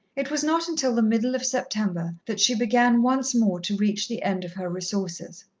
it was not until the middle of september that she began once more to reach the end of her resources.